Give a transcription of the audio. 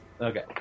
Okay